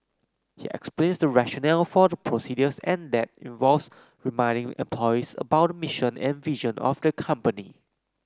he explains the rationale for the procedures and that involves reminding employees about the mission and vision of the company